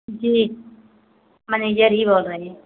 जी manager ही बोल रहे हैं